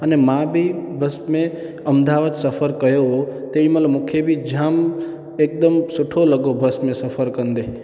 अने मां बि बस में अहमदाबाद सफ़रु कयो हुओ तेॾी महिल मूंखे बि जाम हिकदमि सुठो लॻो बस में सफ़रु कंदे